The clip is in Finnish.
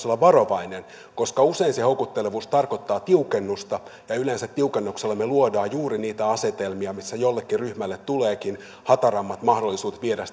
olla varovainen koska usein se houkuttelemattomuus tarkoittaa tiukennusta ja yleensä tiukennuksella me luomme juuri niitä asetelmia missä jollekin ryhmälle tuleekin hatarammat mahdollisuudet viedä